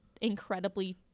incredibly